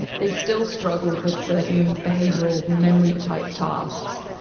they still struggled with certain behavioural memory type tasks.